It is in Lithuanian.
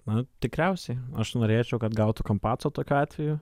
na tikriausiai aš norėčiau kad gautų kampaco tokiu atveju